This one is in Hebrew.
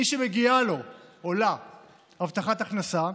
מי שמגיעה להם או להן הבטחת הכנסה,